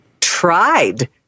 tried